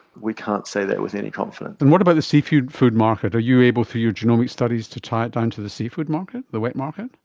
we can't say that with any confidence. and what about the seafood market? are you able through your genomic studies to tie it down to the seafood market, the wet market?